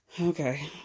Okay